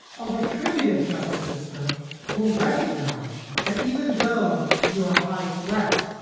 a retributive justice system will recognize that even though you are a high threat,